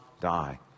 die